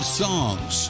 songs